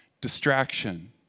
distraction